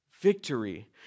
victory